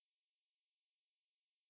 what about you what powers